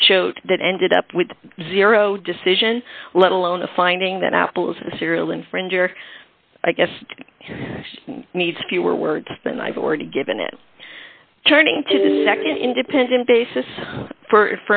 that showed that ended up with zero decision let alone a finding that apple's serial infringer i guess needs fewer words than i've already given it turning to independent basis for